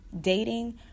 dating